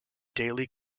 daily